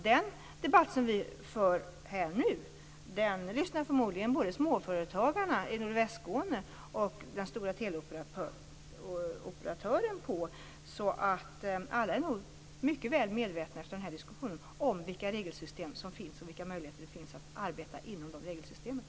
Den debatt som vi nu för lyssnar förmodligen både småföretagarna i nordvästra Skåne och den stora teleoperatören på, så alla är nog efter den här diskussionen väl medvetna om vilka regelsystem som finns och om vilka möjligheter som finns när det gäller att arbeta inom de regelsystemen.